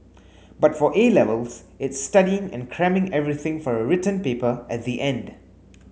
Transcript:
but for A Levels it's studying and cramming everything for a written paper at the end